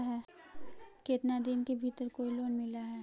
केतना दिन के भीतर कोइ लोन मिल हइ?